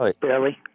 Barely